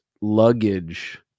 luggage